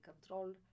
control